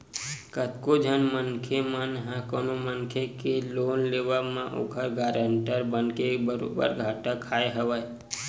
कतको झन मनखे मन ह कोनो मनखे के लोन लेवब म ओखर गारंटर बनके बरोबर घाटा खाय हवय